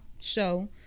show